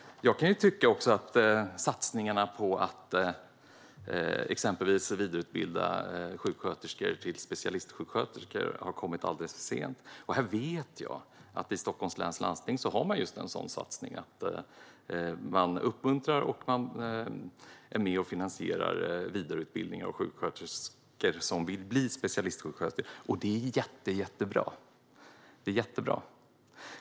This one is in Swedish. Jag kan tycka att satsningen på att exempelvis vidareutbilda sjuksköterskor till specialistsjuksköterskor har kommit alldeles för sent. Jag vet att man i Stockholms läns landsting har just en sådan satsning. Man uppmuntrar och är med och finansierar vidareutbildning av sjuksköterskor som vill bli specialistsjuksköterskor. Det är jättebra.